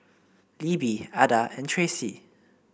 Libby Adda and Tracey